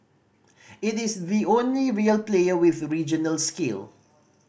it is the only real player with regional scale